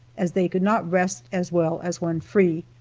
as they could not rest as well as when free,